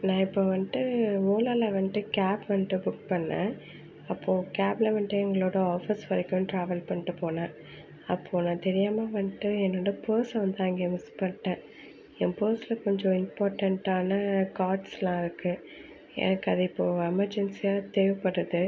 நான் இப்போ வந்துட்டு ஓலாவில் வந்துட்டு கேப் வந்துட்டு புக் பண்ணேன் அப்போது கேபில் வந்துட்டு எங்களோடய ஆஃபிஸ் வரைக்கும் ட்ராவல் பண்ணிட்டு போனேன் அப்போது நான் தெரியாமல் வந்துட்டு என்னோடய பர்ஸ வந்து அங்கே மிஸ் பண்ணிட்டேன் என் பர்ஸ்ல கொஞ்சம் இம்பார்ட்டெண்ட்டான கார்ட்ஸுலாம் இருக்குது எனக்கு அது இப்போது எமர்ஜென்சியாக தேவைப்பட்றது